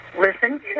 listen